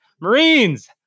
Marines